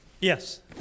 Yes